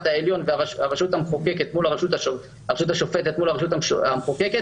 העליון והרשות השופטת מול הרשות המחוקקת